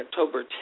October